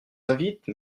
invite